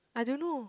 I don't know